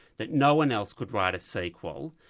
that no-one else could write a sequel,